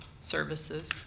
services